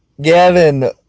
Gavin